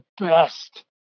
best